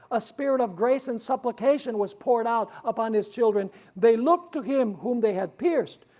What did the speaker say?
a spirit of grace and supplication was poured out upon his children they looked to him whom they had pierced,